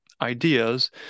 ideas